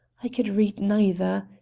i could read neither.